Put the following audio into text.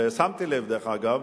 ושמתי לב, דרך אגב,